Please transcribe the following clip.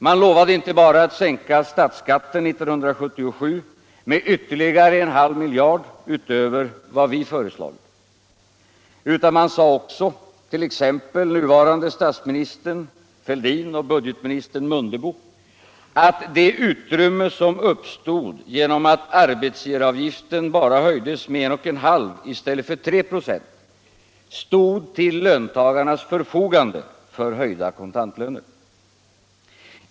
Man lovade inte bara att sänka statsskatten 1977 med ytterligare en halv miljard utöver vad vi föreslagit, utan nuvarande statsminister Fälldin och budgetminister Mundebo sade också att det utrymme som uppstod genom att arbetsgivaravgiften bara höjdes med 1,5 ”a i stället för 3 ”5 stod till löntagarnas förfogande för höjda kontantlöner.